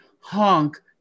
honk